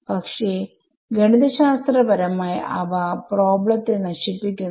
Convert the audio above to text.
പക്ഷെ ഗണിതശാസ്ത്രപരമായി അവ പ്രോബ്ലംത്തെ നശിപ്പിക്കുന്നു